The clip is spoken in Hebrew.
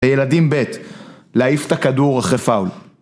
הילדים ב' להעיף ת'כדור אחרי פאול